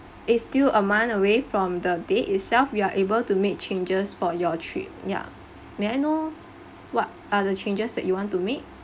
it's still a month away from the day itself we are able to make changes for your trip ya may I know what are the changes that you want to make